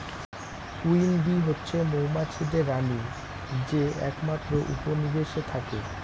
queen bee হচ্ছে মৌমাছিদের রানী যে একমাত্র উপনিবেশে থাকে